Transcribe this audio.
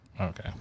Okay